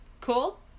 Cool